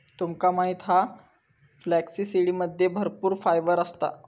तुमका माहित हा फ्लॅक्ससीडमध्ये भरपूर फायबर असता